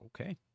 Okay